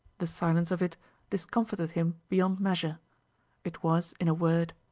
the silence of it discomfited him beyond measure it was, in a word,